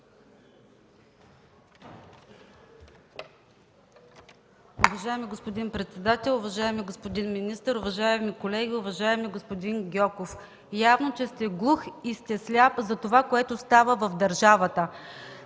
Уважаеми господин председател, уважаеми господин министър, уважаеми колеги! Уважаеми господин Гьоков, явно, че сте глух и сте сляп за това, което става в държавата.